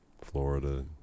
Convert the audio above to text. Florida